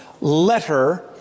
letter